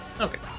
Okay